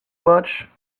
much